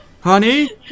Honey